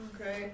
okay